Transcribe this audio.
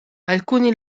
alcuni